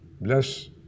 bless